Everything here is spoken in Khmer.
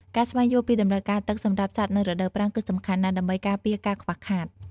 ការស្វែងយល់ពីតម្រូវការទឹកសម្រាប់សត្វនៅរដូវប្រាំងគឺសំខាន់ណាស់ ដើម្បីការពារការខ្វះខាត។